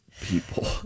people